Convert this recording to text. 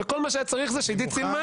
וכל מה שהיה צריך זה שעידית סילמן